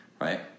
right